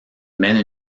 mène